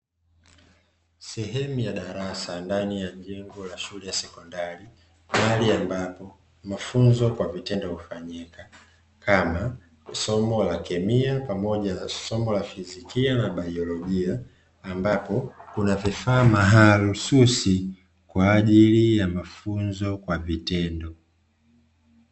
Sehemu ya darasa ndani ya jengo la shule ya sekondari, mahali ambapo mafunzo kwa vitendo hufanyika, kama somo la kemia pamoja na somo la fizikia na baiolojia, ambapo kuna vifaa mahususi kwa ajili ya mafunzo kwa vitendo.